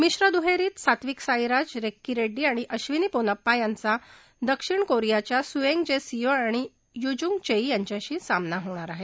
मिश्र दुहेरीमधे सात्विक साईराज रँकीरेड्डी आणि अक्षिनी पोनप्पा यांचा दक्षिण कोरियाच्या सुएंग जे सियो आणि युजूंग चेई याच्याशी सामना होणार आहे